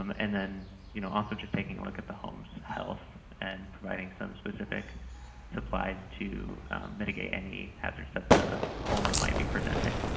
um and then you know also just taking a look at the home's health and providing some specific supplies to mitigate any hazards that the home might be presenting.